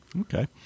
okay